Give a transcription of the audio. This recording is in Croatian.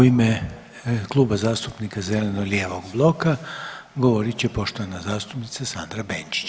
U ime Kluba zastupnika zeleno-lijevog bloka, govorit će poštovana zastupnica Sandra Bančić.